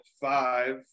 five